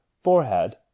forehead